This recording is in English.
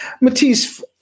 Matisse